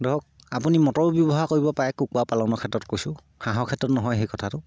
ধৰক আপুনি মটৰো ব্যৱহাৰ কৰিব পাৰে কুকুৰা পালনৰ ক্ষেত্ৰত কৈছোঁ হাঁহৰ ক্ষেত্ৰত নহয় সেই কথাটো